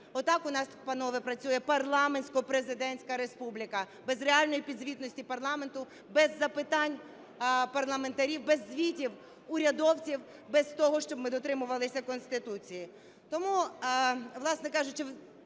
Отак у нас, панове, працює парламентсько-президентська республіка: без реальної підзвітності парламенту, без запитань парламентарів, без звітів урядовців, без того, щоб ми дотримувалися Конституції.